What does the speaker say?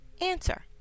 Answer